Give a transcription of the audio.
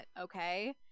okay